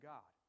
God